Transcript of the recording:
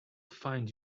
find